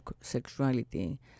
sexuality